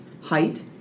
height